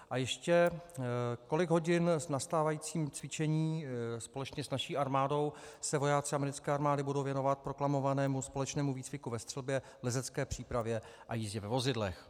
A ještě, kolik hodin v nastávajícím cvičení společně s naší armádou se vojáci americké armády budou věnovat proklamovanému společnému výcviku ve střelbě, v lezecké přípravě a jízdě ve vozidlech?